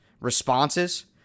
responses